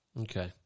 Okay